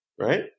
right